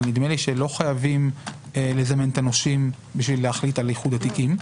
נדמה לי שלא חייבים לזמן את הנושים בשביל להחליט על איחוד התיקים.